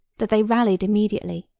that they rallied immediately,